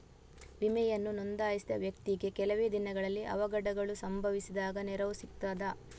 ವಿಮೆಯನ್ನು ನೋಂದಾಯಿಸಿದ ವ್ಯಕ್ತಿಗೆ ಕೆಲವೆ ದಿನಗಳಲ್ಲಿ ಅವಘಡಗಳು ಸಂಭವಿಸಿದಾಗ ನೆರವು ಸಿಗ್ತದ?